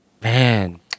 Man